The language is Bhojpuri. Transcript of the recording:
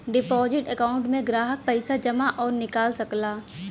डिपोजिट अकांउट में ग्राहक पइसा जमा आउर निकाल सकला